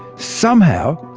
somehow,